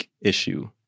issue